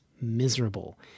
miserable